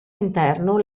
interno